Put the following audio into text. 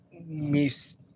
miss